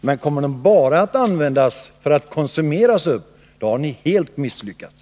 Men kommer pengarna bara att användas till konsumtion, då har ni helt misslyckats.